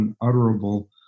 unutterable